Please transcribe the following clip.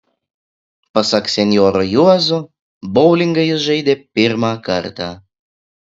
pasak senjoro juozo boulingą jis žaidė pirmą kartą